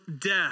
death